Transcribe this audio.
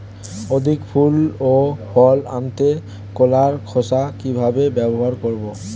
অধিক ফুল ও ফল আনতে কলার খোসা কিভাবে ব্যবহার করব?